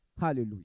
Hallelujah